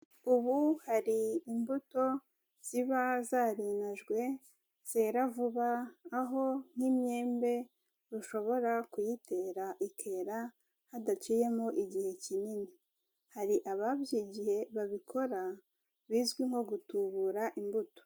Ubu hari imbuto ziba zarinajwe zera vuba, aho nk'imyembe ushobora kuyitera ikera hadaciyemo igihe kinini, hari ababyigiye babikora bizwi nko gutubura imbuto.